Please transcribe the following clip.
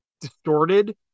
distorted